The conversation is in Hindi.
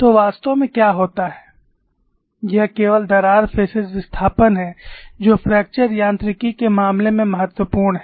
तो वास्तव में क्या होता है यह केवल दरार फेसेस विस्थापन है जो फ्रैक्चर यांत्रिकी के मामले में महत्वपूर्ण है